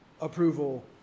approval